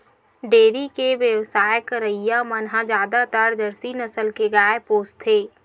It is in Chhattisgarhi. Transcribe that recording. डेयरी के बेवसाय करइया मन ह जादातर जरसी नसल के गाय पोसथे